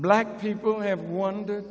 black people have wondered